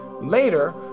Later